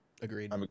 agreed